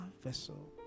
vessel